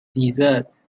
desserts